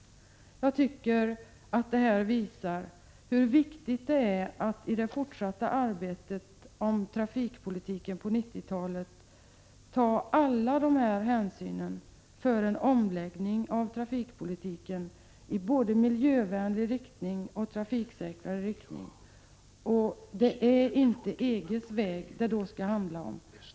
Detta visar hur viktigt det är att i det fortsatta arbetet med trafikpolitiken på 1990-talet ta alla dessa hänsyn för en omläggning av trafikpolitiken i både miljövänlig riktning och trafiksäkrare riktning. Det är inte EG:s väg det då skall handla om.